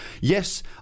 Yes